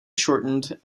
shortened